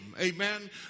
Amen